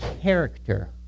character